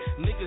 Niggas